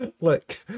look